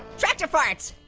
tractor fart.